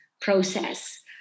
process